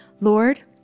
Lord